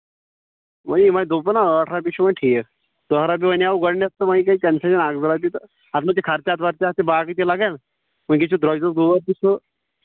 وۅنۍ یِمَے دوٚپوٕ نا ٲٹھ رۄپیہِ چھُ وۅنۍ ٹھیٖک تُرٛواہ رۄپیہِ وَنیٛووٕ گۄڈٕنیٚتھ تہٕ وۅنۍ گٔے کَنسیشن اکھ زٕ رۄپیہِ تہٕ اَتھ منٛز چھِ خرچات ورچات تہٕ باقٕے کیٚنٛہہ لگان ؤنکیٚس چھُ درٛۅجرُک دور تہِ